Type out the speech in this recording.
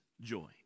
joy